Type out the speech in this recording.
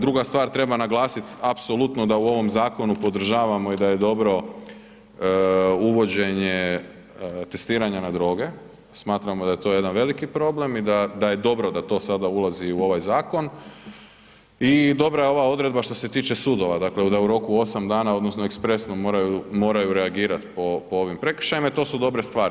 Druga stvar, treba naglasiti apsolutno da u ovom zakonu podržavamo i da je dobro uvođenje testiranja na droge, smatramo da je to jedan veliki problem i da je dobro da to sada ulazi u ovaj zakon i dobra je ova odredba što se tiče sudova, dakle da u roku 8 dana odnosno ekspresno moraju reagirati po ovim prekršajima i t su dobre stvar.